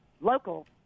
local